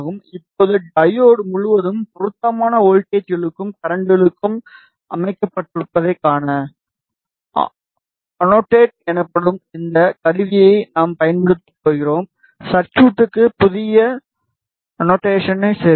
இப்போது டையோடு முழுவதும் பொருத்தமான வோல்ட்டேஜ்களும் கரண்ட்களும் அமைக்கப்பட்டிருப்பதைக் காண அன்னோடேட் எனப்படும் இந்த கருவியை நாம் பயன்படுத்தப் போகிறோம் சர்குய்ட்க்கு புதிய அன்னோடேஷனை சேர்க்கவும்